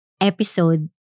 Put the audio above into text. episode